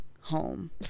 Home